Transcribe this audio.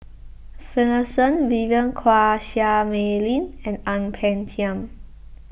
Finlayson Vivien Quahe Seah Mei Lin and Ang Peng Tiam